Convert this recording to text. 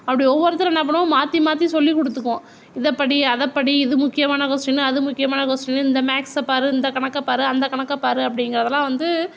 அப்படி ஒவ்வொருத்தரும் என்ன பண்ணுவோம் மாற்றி மாற்றி சொல்லி கொடுத்துப்போம் இதை படி அதை படி இது முக்கியமான கொஸ்டின்னு அது முக்கியமான கொஸ்டின்னு இந்த மேக்ஸ் பார் இந்த கணக்கை பார் அந்த கணக்கை பார் அப்படிங்குறதுலாம் வந்து